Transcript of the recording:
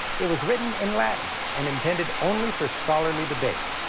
it was written in latin, and intended only for scholarly debate.